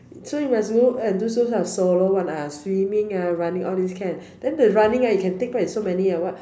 so you must go and do those type of solo one ah swimming ah running all this can then the running ah you can take part in so many what